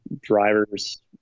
drivers